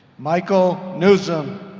michael nuzum